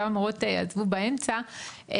כמה מורות עזבו באמצע,